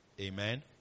Amen